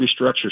restructure